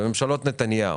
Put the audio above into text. בממשלות נתניהו,